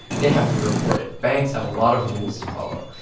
they have to report it. banks have a lot of rules to follow.